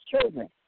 children